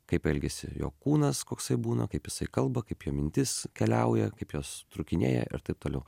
kaip elgėsi jo kūnas koksai būna kaip jisai kalba kaip jo mintis keliauja kaip jos trūkinėja ir taip toliau